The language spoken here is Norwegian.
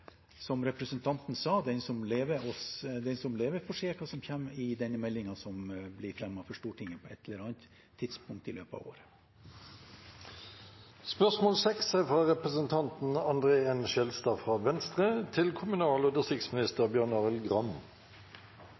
som representanten sa: Den som lever, får se hva som kommer i meldingen som blir fremmet for Stortinget på et eller annet tidspunkt i løpet av året. «Senterpartiet skyver folket foran seg når de ønsker å oppløse Troms og